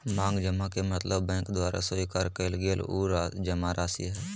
मांग जमा के मतलब बैंक द्वारा स्वीकार कइल गल उ जमाराशि हइ